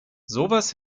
sowas